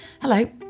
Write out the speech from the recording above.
Hello